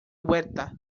vuelta